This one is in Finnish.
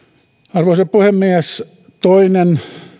arvoisa puhemies toinen